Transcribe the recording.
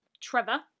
trevor